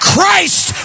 Christ